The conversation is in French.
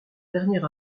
dernier